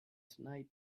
tonight